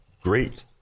great